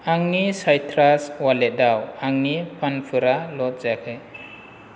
आंनि साइट्रास वालेटाव आंनि फान्डफोरा ल'ड जायाखै